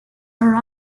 her